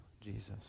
Jesus